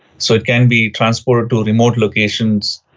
so it can be transported to remote locations,